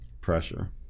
Pressure